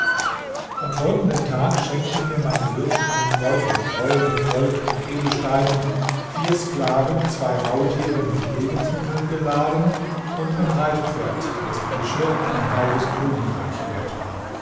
am folgenden tag schenkte mir mein wirt einen beutel voll mit gold und edelsteinen vier sklaven zwei maultiere mit lebensmitteln beladen und ein reitpferd dessen geschirr ein halbes königreich wert war